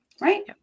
Right